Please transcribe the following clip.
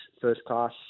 first-class